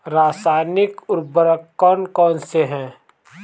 रासायनिक उर्वरक कौन कौनसे हैं?